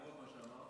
לאור מה שאמרת,